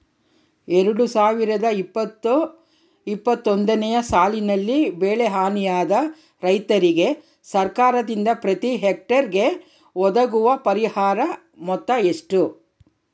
ಎರಡು ಸಾವಿರದ ಇಪ್ಪತ್ತು ಇಪ್ಪತ್ತೊಂದನೆ ಸಾಲಿನಲ್ಲಿ ಬೆಳೆ ಹಾನಿಯಾದ ರೈತರಿಗೆ ಸರ್ಕಾರದಿಂದ ಪ್ರತಿ ಹೆಕ್ಟರ್ ಗೆ ಒದಗುವ ಪರಿಹಾರ ಮೊತ್ತ ಎಷ್ಟು?